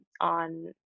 on